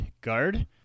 guard